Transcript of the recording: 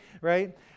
right